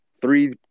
three